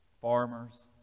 farmers